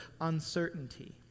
uncertainty